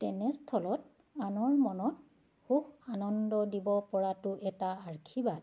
তেনেস্থলত আনৰ মনত সুখ আনন্দ দিব পৰাটো এটা আশীৰ্বাদ